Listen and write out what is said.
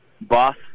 boss